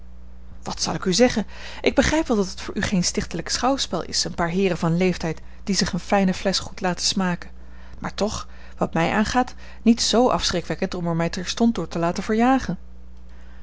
wat zal ik u zeggen ik begrijp wel dat het voor u geen stichtelijk schouwspel is een paar heeren van leeftijd die zich eene fijne flesch goed laten smaken maar toch wat mij aangaat niet z afschrikwekkend om er mij terstond door te laten verjagen